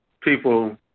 people